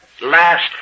last